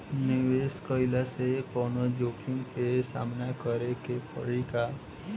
निवेश कईला से कौनो जोखिम के सामना करे क परि का?